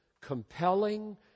compelling